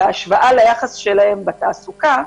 בהשוואה ליחס שלהם בתעסוקה,